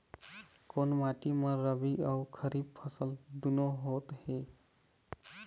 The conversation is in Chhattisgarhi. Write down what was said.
कोन माटी म रबी अऊ खरीफ फसल दूनों होत हे?